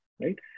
right